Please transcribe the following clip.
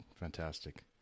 Fantastic